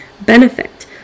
benefit